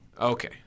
okay